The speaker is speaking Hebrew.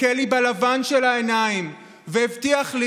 הסתכל לי בלבן של העיניים והבטיח לי